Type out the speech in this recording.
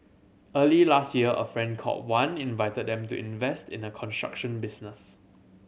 early last year a friend called Wan invited them to invest in a construction business